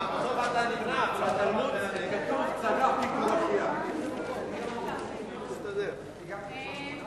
להעביר את הצעת חוק לתיקון פקודת התעבורה (חובת חגירת קטינים ברכב,